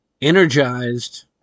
energized